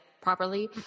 properly